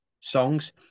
songs